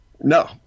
No